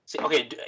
Okay